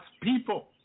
people